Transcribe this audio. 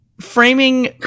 framing